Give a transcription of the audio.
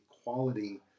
equality